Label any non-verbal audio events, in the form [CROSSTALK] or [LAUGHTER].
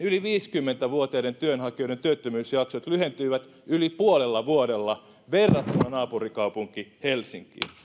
[UNINTELLIGIBLE] yli viisikymmentä vuotiaiden työnhakijoiden työttömyysjaksot lyhentyivät yli puolella vuodella verrattuna naapurikaupunki helsinkiin